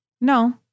No